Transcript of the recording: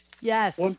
Yes